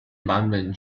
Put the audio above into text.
版本